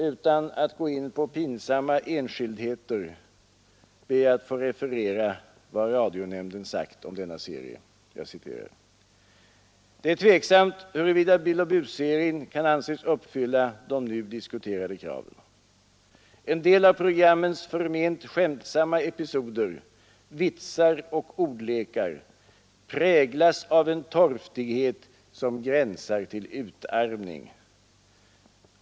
Utan att gå in på pinsamma enskildheter ber jag att få referera vad radionämnden har sagt om denna serie. ”Det är tveksamt huruvida ”Billoch Bus” serien kan anses uppfylla de nu diskuterade kraven. En del av programmens förment skämtsamma episoder, vitsar och ordlekar präglas av en torftighet som gränsar till utarmning.